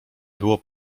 było